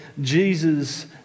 Jesus